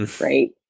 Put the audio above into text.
right